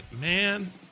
man